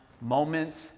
moments